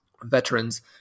veterans